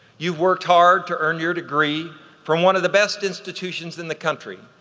you've worked hard to earn your degree from one of the best institutions in the country.